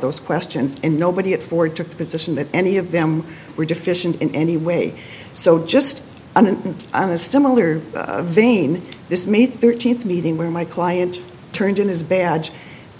those questions and nobody at ford took the position that any of them were deficient in any way so just an eye on a similar vein this may thirteenth meeting where my client turned in his badge